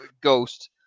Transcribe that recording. ghost